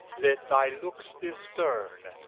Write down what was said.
let thy lookes be sterne,